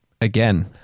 again